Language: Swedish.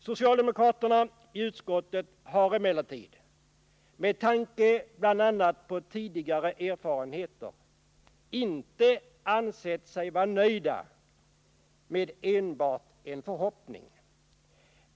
Socialdemokraterna i utskottet har emellertid, med tanke bl.a. på tidigare erfarenheter, inte ansett sig vara nöjda med enbart en förhoppning.